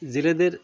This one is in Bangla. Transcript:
জেলেদের